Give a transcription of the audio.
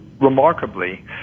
remarkably